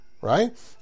Right